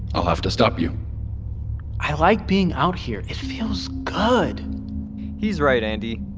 i'll have to stop you i like being out here, it feels good he's right, andi,